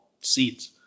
seats